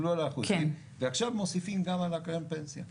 ועכשיו מוסיפים גם על קרן פנסיה.